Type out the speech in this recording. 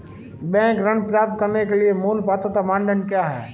Bank ऋण प्राप्त करने के लिए मूल पात्रता मानदंड क्या हैं?